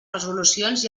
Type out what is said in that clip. resolucions